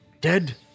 Dead